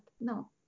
No